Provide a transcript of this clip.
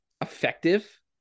effective